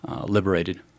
liberated